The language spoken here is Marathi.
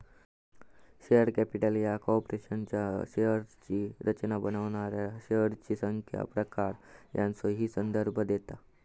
शेअर कॅपिटल ह्या कॉर्पोरेशनच्या शेअर्सची रचना बनवणाऱ्या शेअर्सची संख्या, प्रकार यांचो ही संदर्भ देता